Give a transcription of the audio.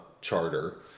charter